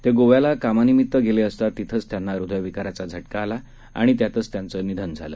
तेगोव्यालाकामानिमित्तगेलेअसतातिथंचत्यांनाहृदयविकाराचाझटकाआलाआणित्यातचत्यांचंनिधनझालं